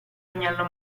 agnello